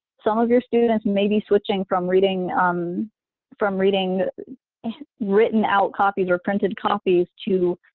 some of your students may be switching from reading um from reading written out copies or printed copies to